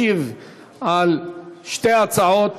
ישיב על שתי ההצעות